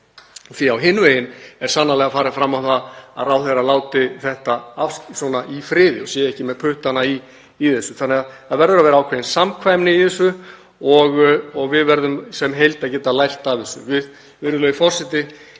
fer. Á hinn veginn er sannarlega farið fram á það að ráðherra láti þetta allt í friði og sé ekki með puttana í þessu. Það verður að vera ákveðin samkvæmni í þessu og við verðum sem heild að geta lært af þessu. Virðulegur forseti.